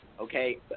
okay